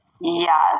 Yes